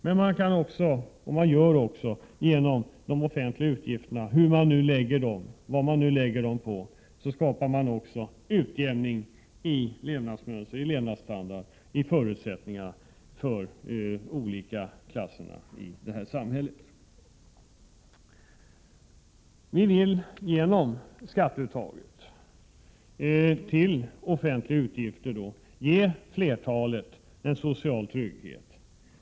Men man kan också, vilket också görs, lägga de offentliga utgifterna på sådant sätt att man skapar utjämning i levnadsmönster och levnadsstandard och i förutsättningar för de olika klasserna i det här samhället. Vi vill genom skatteuttaget till offentliga utgifter ge flertalet en social trygghet.